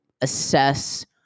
assess